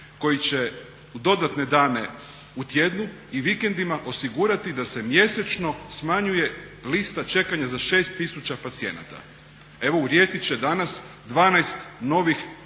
koji će u dodatne dane u tjednu i vikendima osigurati da se mjesečno smanjuje lista čekanja za 6000 pacijenata. Evo u Rijeci će danas 12 novih radilišta